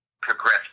progress